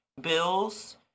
bills